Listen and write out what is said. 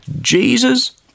Jesus